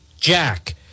Jack